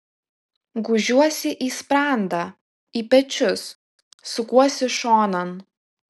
gūžiuosi į sprandą į pečius sukuosi šonan